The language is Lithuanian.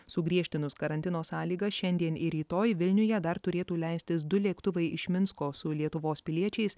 sugriežtinus karantino sąlygas šiandien ir rytoj vilniuje dar turėtų leistis du lėktuvai iš minsko su lietuvos piliečiais